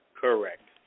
Correct